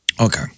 Okay